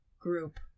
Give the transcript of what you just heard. group